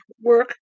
work